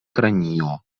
kranio